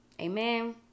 Amen